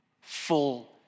full